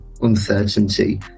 uncertainty